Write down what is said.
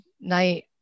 night